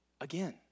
Again